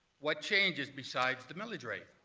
what changes besides the millage rate?